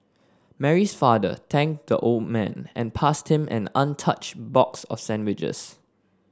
Mary's father thanked the old man and passed him an untouched box of sandwiches